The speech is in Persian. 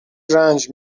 رنج